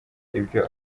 ibyo